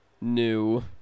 new